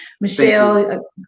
Michelle